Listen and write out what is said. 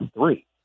three